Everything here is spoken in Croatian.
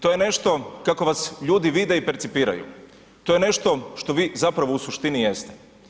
To je nešto kako vas ljudi vide i percipiraju, to je nešto što vi zapravo u suštini jeste.